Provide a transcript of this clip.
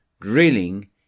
drilling